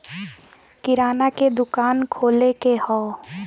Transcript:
किराना के दुकान खोले के हौ